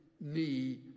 knee